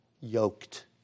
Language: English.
yoked